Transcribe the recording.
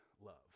love